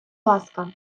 ласка